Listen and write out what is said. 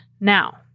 Now